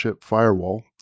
firewall